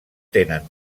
tenen